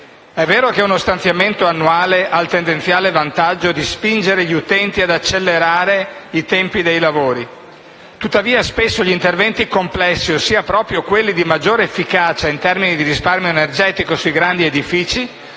È vero che uno stanziamento annuale ha il tendenziale vantaggio di spingere gli utenti ad accelerare i tempi dei lavori. Tuttavia, gli interventi complessi sui grandi edifici - ossia proprio quelli di maggiore efficacia in termini di risparmio energetico - spesso